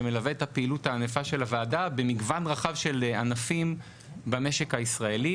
שמלווה את הפעילות הענפה של הוועדה במגוון רחב של ענפים במשק הישראלי.